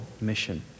mission